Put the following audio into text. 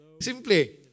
Simply